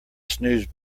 snooze